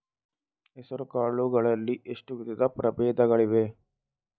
ಹೆಸರುಕಾಳು ಗಳಲ್ಲಿ ಎಷ್ಟು ವಿಧದ ಪ್ರಬೇಧಗಳಿವೆ?